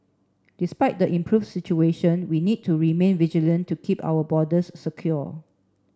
despite the improved situation we need to remain vigilant to keep our borders secure